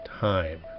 time